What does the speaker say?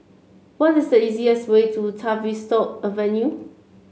what is the easiest way to Tavistock Avenue